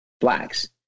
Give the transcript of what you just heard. blacks